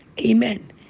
Amen